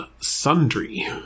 sundry